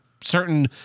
certain